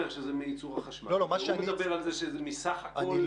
שזה מייצור החשמל אבל הוא מדבר על זה שמסך כל השימוש.